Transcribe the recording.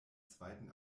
zweiten